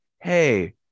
Hey